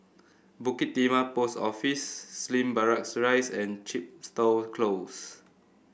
Bukit Timah Post Office Slim Barracks Rise and Chepstow Close